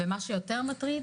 ומה שיותר מטריד,